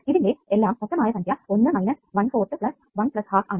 ഇതിൻറെ എല്ലാം മൊത്തമായ സംഖ്യ 1 minus one fourth plus 1 plus half ആണ്